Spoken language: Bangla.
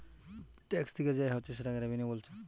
ট্যাক্স থিকে যে আয় হচ্ছে সেটাকে রেভিনিউ বোলছে